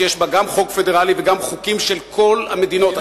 שיש בה גם חוק פדרלי וגם חוקים של כל המדינות,